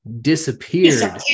disappeared